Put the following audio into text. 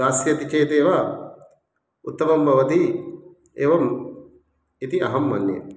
दास्यन्ति चेदेव उत्तमं भवति एवम् इति अहं मन्ये